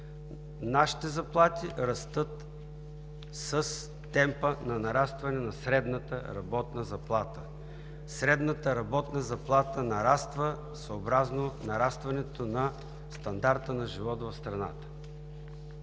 Нашите заплати растат с темпа на нарастване на средната работна заплата. Средната работна заплата нараства съобразно нарастването на стандарта на живот в страната,